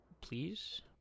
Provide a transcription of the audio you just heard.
please